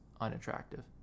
unattractive